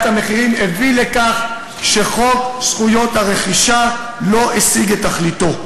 המחירים הביא לכך שחוק זכויות רכישה לא השיג את תכליתו.